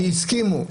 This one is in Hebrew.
כי הסכימו.